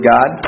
God